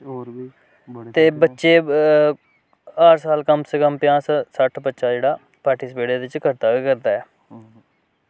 ते बच्चे हर साल पजांह सट्ठ बच्चा जेह्ड़ा पार्टिस्पेट एह्दे च करदा गै करदा ऐ